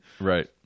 Right